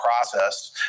process